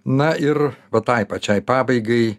na ir va tai pačiai pabaigai